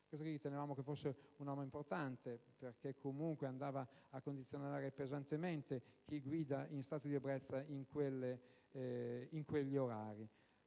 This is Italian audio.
Ritenevamo fosse una norma importante, perché comunque condizionava pesantemente chi guida in stato di ebbrezza in quegli orari.